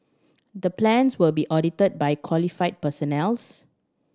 the plans will be audited by qualified personnels